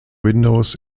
windows